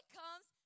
comes